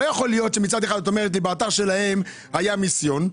לא יכול להיות שאת אומרת לי באתר שלהם היה מיסיון.